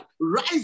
rise